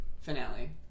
finale